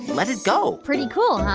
let it go pretty cool, huh?